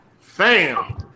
Fam